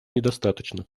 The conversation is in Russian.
недостаточно